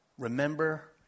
Remember